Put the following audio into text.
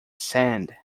sand